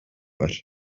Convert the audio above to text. var